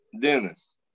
Dennis